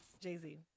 Jay-Z